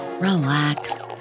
relax